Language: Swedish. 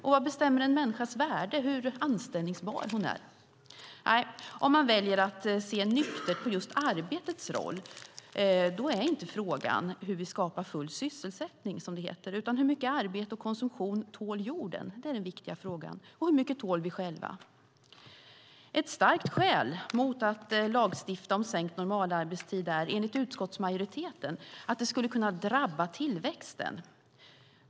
Och vad bestämmer en människas värde och hur anställbar hon är? Om man väljer att se nyktert på just arbetets roll är inte frågan hur vi skapar full sysselsättning, som det heter, utan hur mycket arbete och konsumtion jorden tål. Det är den viktiga frågan. Och hur mycket tål vi själva? Ett starkt skäl mot att lagstifta om sänkt normalarbetstid är enligt utskottsmajoriteten att det skulle kunna drabba tillväxten.